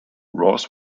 ross